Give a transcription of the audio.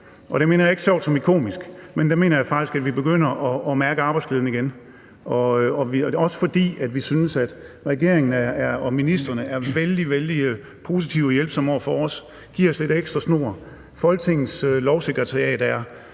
Der mener jeg ikke sjovt som i komisk, men jeg mener, at vi begynder at kunne mærke arbejdsglæden igen. Det er også, fordi vi synes, at regeringen og ministrene er vældig, vældig positive og hjælpsomme over for os og giver os lidt ekstra snor. Folketingets Lovsekretariat er